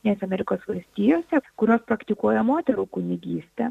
net amerikos valstijose kurios praktikuoja moterų kunigystę